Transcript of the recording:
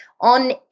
On